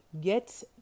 get